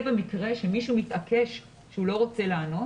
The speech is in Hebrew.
במקרה שמישהו מתעקש שהוא לא רוצה לענות